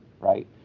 right